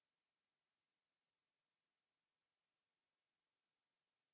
kiitos